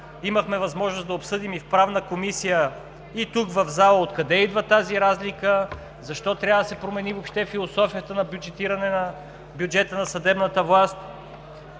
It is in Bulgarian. Имахме възможност да обсъдим и в Правната комисия, и тук в залата откъде идва тази разлика, защо трябва да се промени въобще философията на бюджетиране на бюджета на съдебната власт.